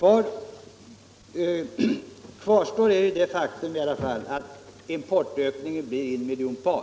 Kvar står i alla fall det faktum att importökningen blir 1 miljon par.